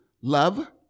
love